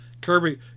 Kirby